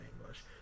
English